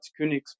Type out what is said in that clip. Königsberg